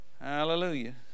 hallelujah